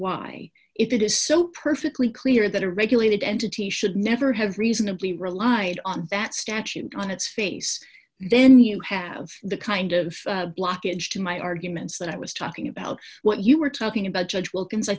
why if it is so perfectly clear that a regulated entity should never have reasonably relied on that statute on its face then you have the kind of blockage to my arguments that i was talking about what you were talking about judge wilkins i